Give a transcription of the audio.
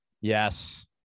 Yes